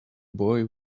boy